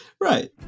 Right